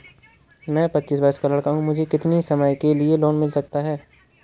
मैं पच्चीस वर्ष का लड़का हूँ मुझे कितनी समय के लिए लोन मिल सकता है?